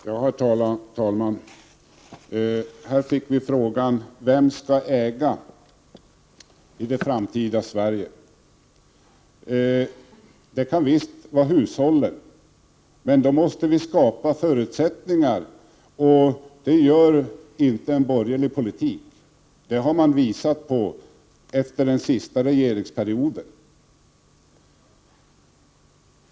Herr talman! Här fick vi frågan: Vem skall äga i det framtida Sverige? Det kan visst vara hushållen, men då måste vi skapa förutsättningar, och det gör inte en borgerlig politik, det visade den borgerliga regeringsperioden.